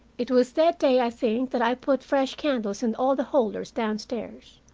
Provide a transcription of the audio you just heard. it was that day, i think, that i put fresh candles in all the holders downstairs.